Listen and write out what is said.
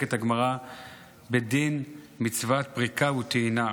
עוסקת הגמרא בדין מצוות פריקה וטעינה.